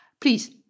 Please